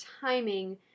timing